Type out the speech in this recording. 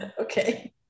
okay